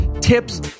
tips